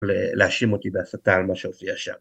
להאשים אותי בהסתה על מה שהופיע שם